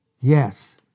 Yes